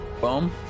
Boom